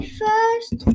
first